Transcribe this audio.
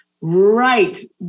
right